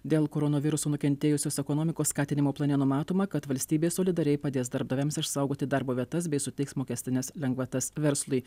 dėl koronaviruso nukentėjusios ekonomikos skatinimo plane numatoma kad valstybė solidariai padės darbdaviams išsaugoti darbo vietas bei suteiks mokestines lengvatas verslui